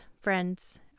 friends